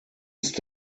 ist